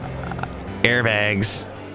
airbags